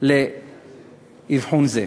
לאבחון זה.